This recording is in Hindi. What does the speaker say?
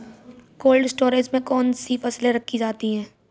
कोल्ड स्टोरेज में कौन कौन सी फसलें रखी जाती हैं?